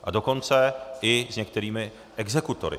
A dokonce i s některými exekutory.